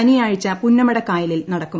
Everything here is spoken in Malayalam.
ശനിയാഴ്ച പുന്നമടക്കായലിൽ നടക്കും